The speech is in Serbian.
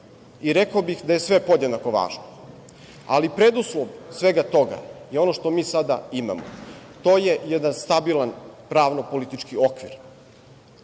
Rekao bih da je sve podjednako važno, ali preduslov svega toga je ono što mi sada imamo. To je jedan stabilan pravno-politički